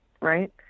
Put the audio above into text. right